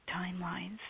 timelines